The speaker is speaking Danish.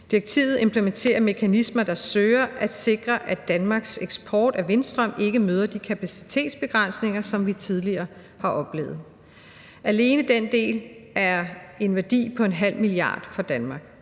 Direktivet implementerer mekanismer, der søger at sikre, at Danmarks eksport af vindstrøm ikke møder de kapacitetsbegrænsninger, som vi tidligere har oplevet. Alene den del har en værdi på en halv milliard kroner for Danmark.